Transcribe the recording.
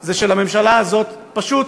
היא שלממשלה הזאת פשוט